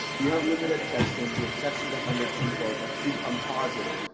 you have limited testing, you have tested a hundred people, a few come positive,